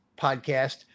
podcast